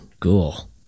Cool